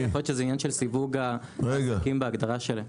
יכול להיות שזה עניין הסיווג העסקים בהגדרה שלהם.